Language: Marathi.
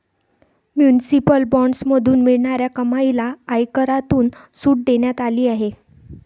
म्युनिसिपल बॉण्ड्समधून मिळणाऱ्या कमाईला आयकरातून सूट देण्यात आली आहे